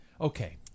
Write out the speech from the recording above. Okay